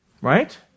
Right